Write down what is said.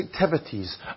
activities